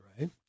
right